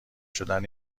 شدن